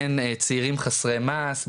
צעירים חסרי מעש.